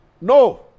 No